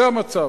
זה המצב.